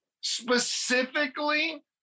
specifically